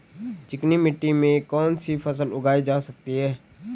चिकनी मिट्टी में कौन सी फसल उगाई जा सकती है?